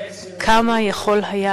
כמה יכול היה